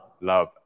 love